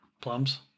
plums